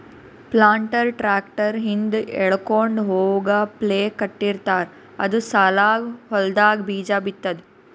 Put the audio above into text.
planter tractor ಹಿಂದ್ ಎಳ್ಕೊಂಡ್ ಹೋಗಪ್ಲೆ ಕಟ್ಟಿರ್ತಾರ್ ಅದು ಸಾಲಾಗ್ ಹೊಲ್ದಾಗ್ ಬೀಜಾ ಬಿತ್ತದ್